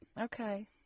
Okay